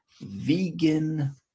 vegan